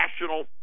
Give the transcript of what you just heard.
national